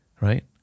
right